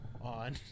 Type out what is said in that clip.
on